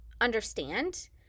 understand